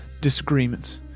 disagreements